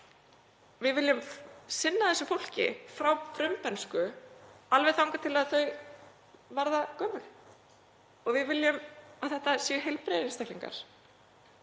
við viljum sinna þessu fólki frá frumbernsku, alveg þangað til að þau verða gömul, og við viljum að þetta séu heilbrigðir einstaklingar.